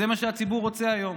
זה מה שהציבור רוצה היום.